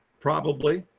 probably.